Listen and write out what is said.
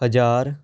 ਹਜ਼ਾਰ